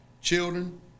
Children